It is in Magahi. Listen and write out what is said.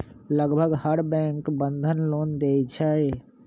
लगभग हर बैंक बंधन लोन देई छई